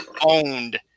owned